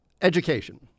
education